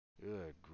Good